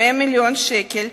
100 מיליון שקל,